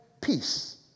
peace